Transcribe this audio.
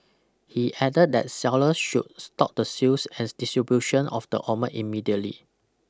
he added that sellers should stop the sales and distribution of the immediately